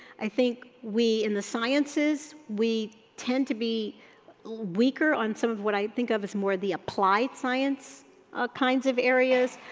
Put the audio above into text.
i think we, in the sciences, we tend to be weaker on some of what i think of is more of the applied science ah kinds of areas,